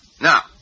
Now